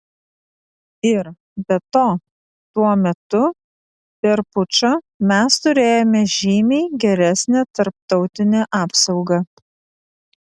ir be to tuo metu per pučą mes turėjome žymiai geresnę tarptautinę apsaugą